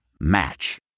Match